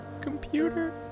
computer